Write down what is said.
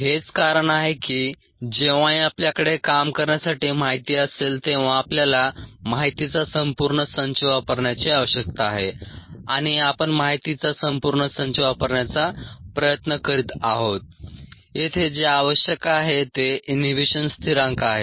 हेच कारण आहे की जेव्हाही आपल्याकडे काम करण्यासाठी माहिती असेल तेव्हा आपल्याला माहितीचा संपूर्ण संच वापरण्याची आवश्यकता आहे आणि आपण माहितीचा संपूर्ण संच वापरण्याचा प्रयत्न करीत आहोत येथे जे आवश्यक आहे ते इनहिबीशन स्थिरांक आहे